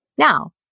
Now